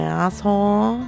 asshole